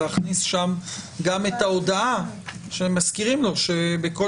להכניס שם גם את ההודעה שמזכירים לו שבכל